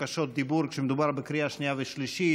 בקשות דיבור כשמדובר בקריאה שנייה ושלישית,